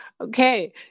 Okay